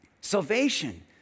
Salvation